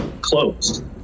closed